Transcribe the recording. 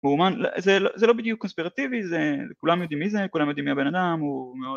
זה לא בדיוק קונספרטיבי, כולם יודעים מי זה, כולם יודעים מי הבן אדם, הוא מאד